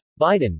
Biden